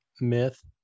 myth